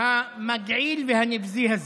המגעיל והנבזי הזה.